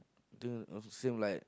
I think also seem like